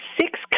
six